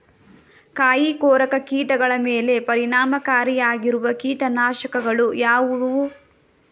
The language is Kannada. ಕಾಯಿಕೊರಕ ಕೀಟಗಳ ಮೇಲೆ ಪರಿಣಾಮಕಾರಿಯಾಗಿರುವ ಕೀಟನಾಶಗಳು ಯಾವುವು?